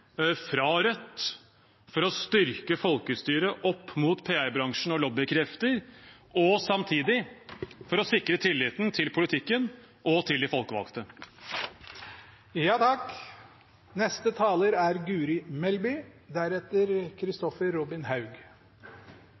fra Rødt for å styrke folkestyret opp mot PR-bransjen og lobbykrefter og samtidig for å sikre tilliten til politikken og til de